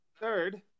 Third